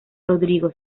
rodrigo